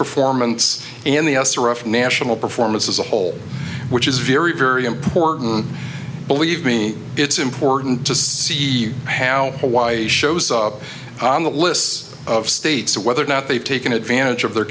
performance and the national performance as a whole which is very very important believe me it's important to see how hawaii shows up on the lists of states whether or not they've taken advantage of their